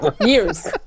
years